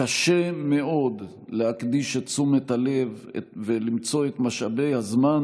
קשה מאוד להקדיש את תשומת הלב ולמצוא את משאבי הזמן